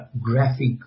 graphic